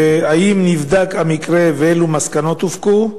3. האם נבדק המקרה ואילו מסקנות הופקו?